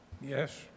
Yes